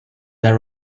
that